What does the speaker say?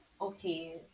okay